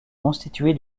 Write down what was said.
constitué